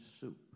soup